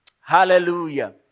Hallelujah